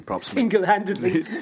Single-handedly